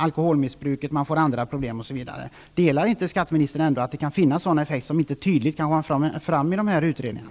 Alkoholmissbruket ökar, många får andra problem osv. Delar inte skatteministern uppfattningen att det kan finnas effekter som inte tydligt kommer fram i dessa utredningar?